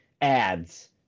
ads